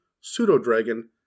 Pseudo-Dragon